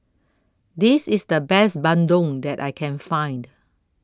This IS The Best Bandung that I Can Find